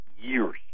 years